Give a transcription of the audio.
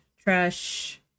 trash